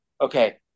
okay